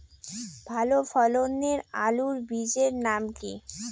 ভালো ফলনের আলুর বীজের নাম কি?